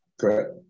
Correct